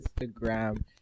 Instagram